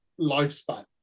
lifespan